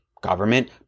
government